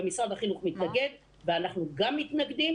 ומשרד החינוך מתנגד ואנחנו גם מתנגדים.